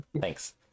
thanks